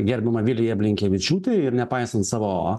gerbiamą viliją blinkevičiūtę ir nepaisant savo